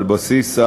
על בסיס,